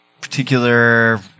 particular